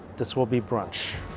this will be brunch